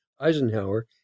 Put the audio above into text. Eisenhower